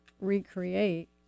recreate